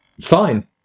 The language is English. Fine